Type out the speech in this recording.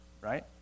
Right